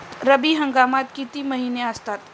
रब्बी हंगामात किती महिने असतात?